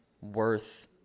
worth